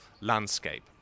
landscape